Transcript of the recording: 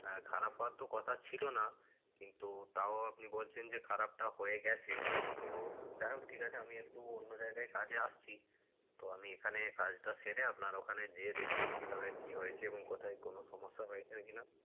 হ্যাঁ খারাপ হওয়ার তো কথা ছিল না কিন্তু তাও আপনি বলছেন যে খারাপটা হয়ে গেছে তো যাই হোক ঠিক আছে আমি একটু অন্য জায়গায় কাজে এসেছি তো আমি এখানে কাজটা সেরে আপনার ওখানে গিয়ে দেখছি কীভাবে কী হয়েছে এবং কোথায় কোনো সমস্যা হয়েছে কি না